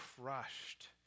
crushed